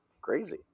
Crazy